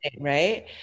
right